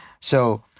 So-